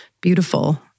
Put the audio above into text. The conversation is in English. beautiful